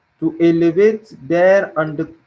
to elevate their unde.